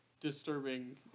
disturbing